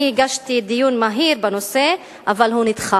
אני הגשתי בקשה לדיון מהיר בנושא, אבל הוא נדחה.